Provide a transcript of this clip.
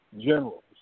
generals